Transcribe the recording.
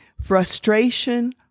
Frustration